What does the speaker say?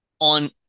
on